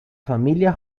familia